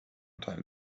time